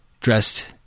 dressed